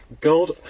God